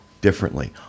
differently